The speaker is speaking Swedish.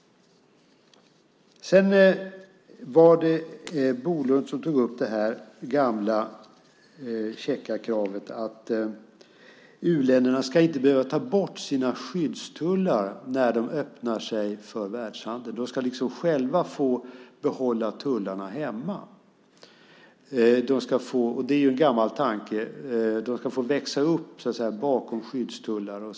Bolund tog också upp det gamla käcka kravet att u-länderna inte ska behöva ta bort sina skyddstullar när de öppnar sig för världshandel. De ska liksom själva få behålla tullarna hemma. Det är ju en gammal tanke. De ska så att säga få växa upp bakom skyddstullarna.